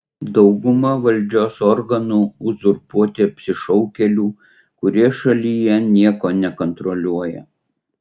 dauguma valdžios organų uzurpuoti apsišaukėlių kurie šalyje nieko nekontroliuoja